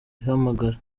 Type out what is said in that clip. ihamagara